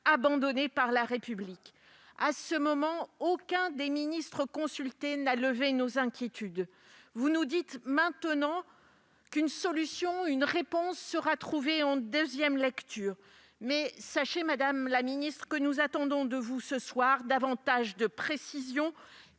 abandonnés par la République. À cet instant, aucun des ministres consultés n'a levé nos inquiétudes. Vous nous dites maintenant qu'une réponse sera apportée en nouvelle lecture. Sachez, madame la ministre, que nous attendons de vous ce soir davantage de précisions,